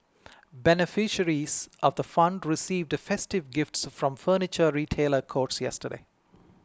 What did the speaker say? beneficiaries of the fund received festive gifts from Furniture Retailer Courts yesterday